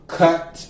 cut